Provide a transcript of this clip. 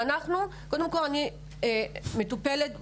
קודם כול, אני מטופלת ברווחה.